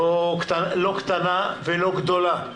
לא קטנה ולא גדולה.